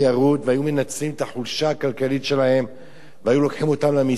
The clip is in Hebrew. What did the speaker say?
והיו מנצלים את החולשה הכלכלית שלהם ולוקחים אותם למיסיון.